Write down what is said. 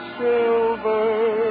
silver